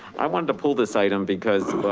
i wanted to pull this item because